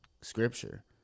scripture